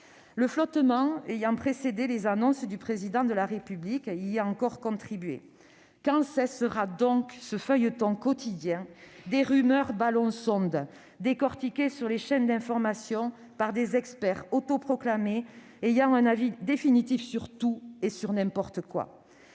Le flottement ayant précédé les annonces du Président de la République y a encore contribué. Quand cessera donc ce feuilleton quotidien des rumeurs ballons-sondes, décortiquées sur les chaînes d'information par des experts autoproclamés ayant un avis définitif sur tout et n'importe quoi ?